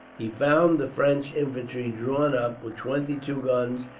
he found the french infantry drawn up, with twenty-two guns,